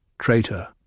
Traitor